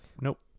nope